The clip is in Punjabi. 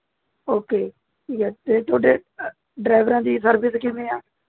ਓਕੇ ਠੀਕ ਹੈ ਅਤੇ ਤੁਹਾਡੇ ਡਰਾਈਵਰਾਂ ਦੀ ਸਰਵਿਸ ਕਿਵੇਂ ਹੈ